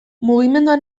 mugimendua